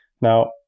Now